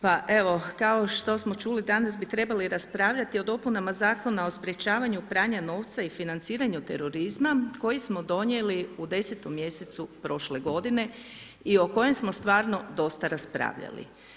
Pa evo, kao što smo čuli danas bi trebali raspravljati o dopunama Zakona o sprječavanju pranja novca i financiranju terorizma koji smo donijeli u 10.-tom mjesecu prošle godine i o kojem smo stvarno dosta raspravljali.